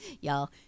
Y'all